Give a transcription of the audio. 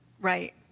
Right